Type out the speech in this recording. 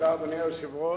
אדוני היושב-ראש,